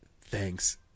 Thanks